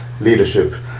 leadership